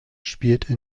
spielte